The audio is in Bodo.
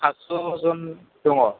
फास्स' जन दङ